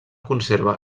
conserva